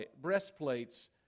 breastplates